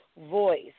Voice